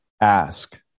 ask